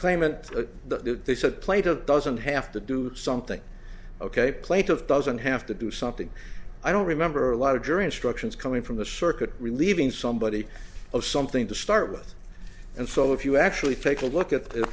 claimant that they said plate of doesn't have to do something ok plate of doesn't have to do something i don't remember a lot of jury instructions coming from the circuit relieving somebody of something to start with and so if you actually take a look at